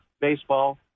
baseball